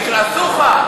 אסור לך.